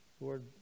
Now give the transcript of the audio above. Lord